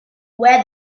wear